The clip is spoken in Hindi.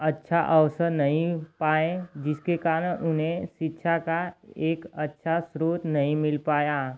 अच्छा अवसर नहीं पाए जिसके कारण उन्हें शिक्षा का एक अच्छा स्रोत नहीं मिल पाया